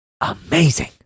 amazing